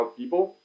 people